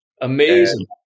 Amazing